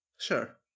Sure